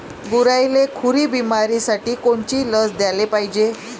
गुरांइले खुरी बिमारीसाठी कोनची लस द्याले पायजे?